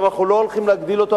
אנחנו לא הולכים להגדיל אותו,